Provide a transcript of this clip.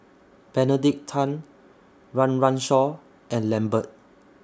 Benedict Tan Run Run Shaw and Lambert